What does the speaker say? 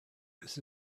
this